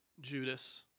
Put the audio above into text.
Judas